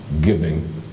giving